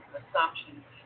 assumptions